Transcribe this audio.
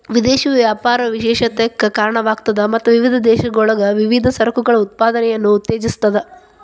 ವಿದೇಶಿ ವ್ಯಾಪಾರ ವಿಶೇಷತೆಕ್ಕ ಕಾರಣವಾಗ್ತದ ಮತ್ತ ವಿವಿಧ ದೇಶಗಳೊಳಗ ವಿವಿಧ ಸರಕುಗಳ ಉತ್ಪಾದನೆಯನ್ನ ಉತ್ತೇಜಿಸ್ತದ